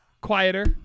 quieter